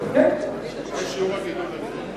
ושיעור הגידול הדמוגרפי.